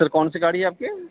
سر کون سی گاڑی ہے آپ کی یہ